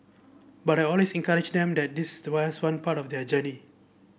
but I always encourage them that this is why as one part of their journey